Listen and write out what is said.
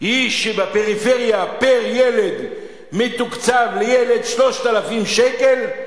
היא שבפריפריה ילד מתוקצב ב-3,000 שקלים,